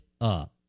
up